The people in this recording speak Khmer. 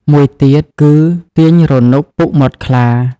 មួយទៀតគឺ "ទាញរនុក ពុតមាត់ខ្លា"